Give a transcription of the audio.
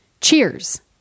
Cheers